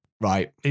Right